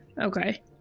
Okay